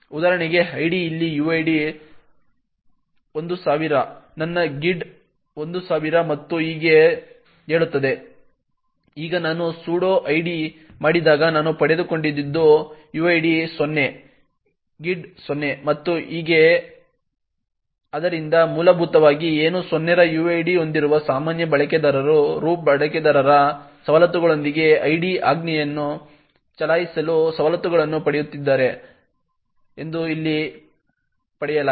ಉದಾಹರಣೆಗೆ ಐಡಿ ಇಲ್ಲಿ uid 1000 ನನ್ನ gid 1000 ಮತ್ತು ಹೀಗೆ ಹೇಳುತ್ತದೆ ಈಗ ನಾನು sudo id ಮಾಡಿದಾಗ ನಾನು ಪಡೆದುಕೊಂಡದ್ದು uid 0 gid 0 ಮತ್ತು ಹೀಗೆ ಆದ್ದರಿಂದ ಮೂಲಭೂತವಾಗಿ ಏನು 0 ರ ಯುಐಡಿ ಹೊಂದಿರುವ ಸಾಮಾನ್ಯ ಬಳಕೆದಾರರು ರೂಟ್ ಬಳಕೆದಾರರ ಸವಲತ್ತುಗಳೊಂದಿಗೆ ಐಡಿ ಆಜ್ಞೆಯನ್ನು ಚಲಾಯಿಸಲು ಸವಲತ್ತುಗಳನ್ನು ಪಡೆಯುತ್ತಿದ್ದಾರೆ ಎಂದು ಇಲ್ಲಿ ಪಡೆಯಲಾಗಿದೆ